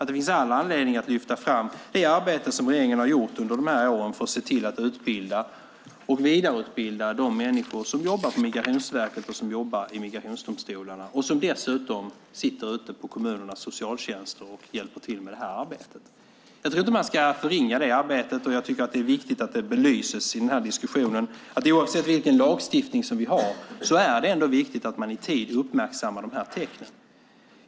Det finns all anledning att lyfta fram det arbete som regeringen har gjort under de här åren för att se till att utbilda och vidareutbilda de människor som jobbar på Migrationsverket och i migrationsdomstolarna och som dessutom sitter ute i kommunernas socialtjänster och hjälper till med detta arbete. Jag tror inte att man ska förringa det arbetet. Det är viktigt att det belyses i diskussionen. Oavsett vilken lagstiftning vi har är det ändå viktigt att man i tid uppmärksammar dessa tecken.